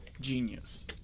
genius